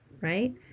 right